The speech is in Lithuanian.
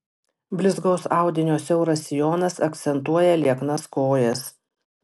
blizgaus audinio siauras sijonas akcentuoja lieknas kojas